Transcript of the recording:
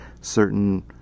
certain